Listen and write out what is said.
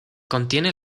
contiene